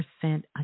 percent